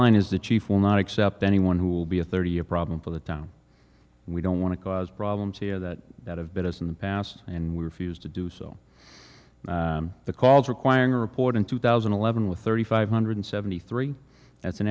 line is the chief will not accept anyone who will be a thirty year problem for the town we don't want to cause problems here that have been us in the past and we refused to do so the calls requiring a report in two thousand and eleven with thirty five hundred seventy three that's an